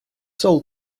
sold